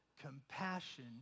compassion